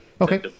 okay